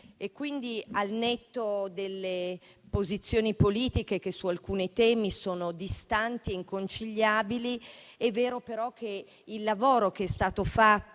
quindi delle posizioni politiche, che su alcuni temi sono distanti e inconciliabili, è vero però che il lavoro che è stato fatto